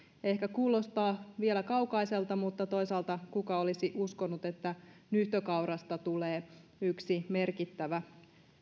ehkä kuulostaa vielä kaukaiselta mutta toisaalta kuka olisi uskonut että nyhtökaurasta tulee yksi merkittävä